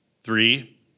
Three